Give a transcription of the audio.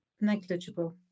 negligible